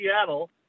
Seattle